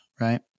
right